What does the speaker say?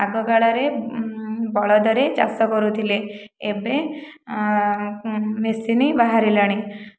ଆଗକାଳରେ ବଳଦରେ ଚାଷ କରୁଥିଲେ ଏବେ ମେସିନ ବାହାରିଲାଣି